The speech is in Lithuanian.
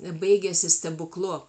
baigiasi stebuklu